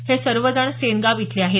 हे सर्वजण सेनगाव इथले आहेत